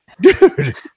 dude